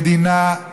המדינה,